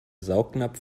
saugnapf